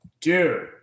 Dude